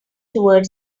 toward